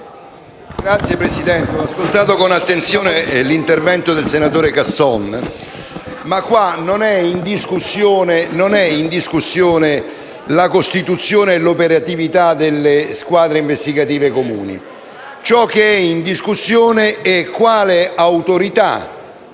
Signor Presidente, ho ascoltato con attenzione l'intervento del relatore Casson. Qui non è in discussione la costituzione e l'operatività delle squadre investigative comuni, ma quale autorità